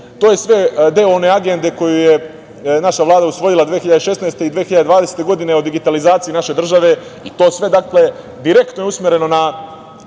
To je sve deo one Agende koju je naša Vlada usvojila 2016. i 2020. godine o digitalizaciji naše države, i to sve, dakle, direktno je usmereno na